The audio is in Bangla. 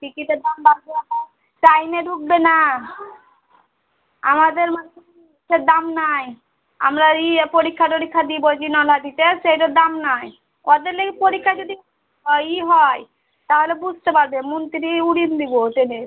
টিকিটের দাম বাড়বে আবার টাইমে ঢুকবে না আমাদের মতোন মানুষের দাম নাই আমরা ইয়ে পরীক্ষা টরীক্ষা দিই বলছি নলহাটিতে সেইটার দাম নাই ওদের লগে পরীক্ষা যদি হয় ই হয় তাহলে বুঝতে পারবে মুন্ত্রী উড়িয়ে দেবো ট্রেনের